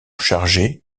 chargés